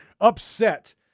upset